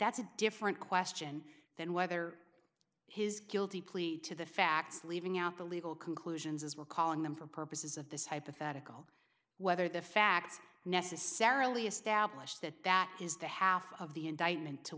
that's a different question than whether his guilty plea to the facts leaving out the legal conclusions as we're calling them for purposes of this hypothetical whether the fact necessarily establish that that is the half of the indictment to